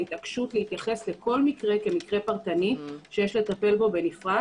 התעקשות להתייחס לכל מקרה כמקרה פרטני שיש לטפל בו בנפרד